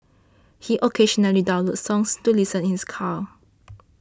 he occasionally downloads songs to listen in his car